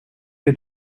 que